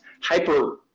hyper